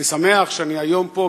אני שמח שאני היום פה,